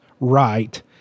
right